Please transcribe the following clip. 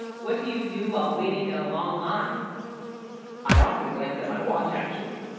what do you do while waiting in a long line i often glanced at. my watch actually